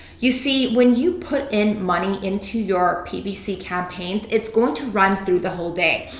you see, when you put in money into your ppc campaigns, it's going to run through the whole day.